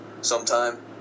sometime